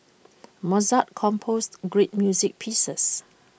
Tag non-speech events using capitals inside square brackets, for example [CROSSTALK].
[NOISE] Mozart composed great music pieces